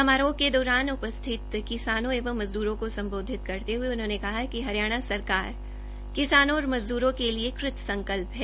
समारोह के दौरान उपस्थित किसानों एवं मजदूरों को संबोधित करते हए उन्होंने कहा कि हरियाणा सरकार किसानों और मजदूरों के लिए कृत संकल्प है